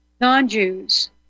non-Jews